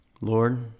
Lord